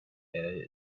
air